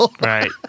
Right